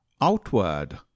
Outward